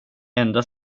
enda